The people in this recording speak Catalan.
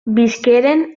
visqueren